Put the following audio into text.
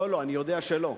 לא לא, אני יודע שלא.